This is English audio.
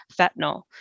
fentanyl